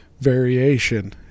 variation